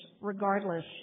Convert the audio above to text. regardless